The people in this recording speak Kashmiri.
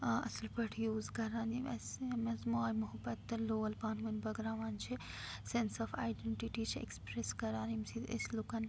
ٲں اصٕل پٲٹھۍ یوٗز کَران یِم اسہِ یِم اسہِ ماے محبت تہٕ لول پانہٕ وٲنۍ بٲگراوان چھِ سیٚنس آف آیڈیٚنٹِٹی چھِ ایٚکسپرٛیٚس کَران ییٚمہِ سۭتۍ أسۍ لوٗکَن